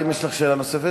האם יש לך שאלה נוספת?